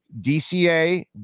dca